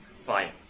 fine